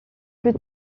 plus